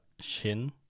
Shin